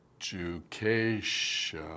education